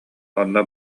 онно